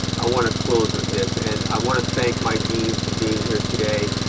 i want to close with this and i want to thank my dean for being here today,